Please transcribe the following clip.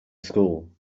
school